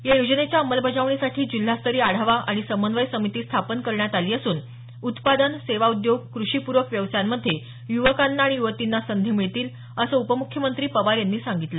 या योजनेच्या अंमलबजावणीसाठी जिल्हास्तरीय आढावा आणि समन्वयन समिती स्थापन करण्यात आली असून उत्पादन सेवा उद्योग कृषीपूरक व्यवसायांमध्ये युवकांना आणि युवतींना संधी मिळतील असं उपमुख्यमंत्री पवार यांनी सांगितलं